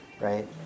right